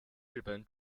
日本